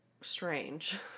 strange